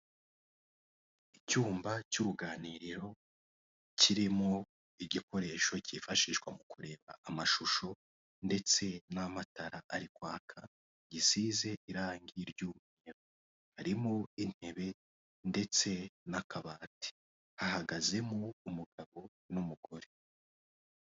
Icyumba cy'uruganiriro kirimo igikoresho cyifashishwa mu kureba amashusho ndetse n'amatara ari kwaka, gisize irangi ry'umweru, harimo intebe ndetse n'akabati, hahagazemo umugabo n'umugore.